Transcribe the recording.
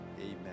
amen